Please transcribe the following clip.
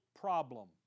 problem